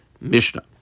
Mishnah